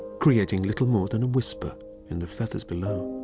creating little more than a whisper in the feathers below.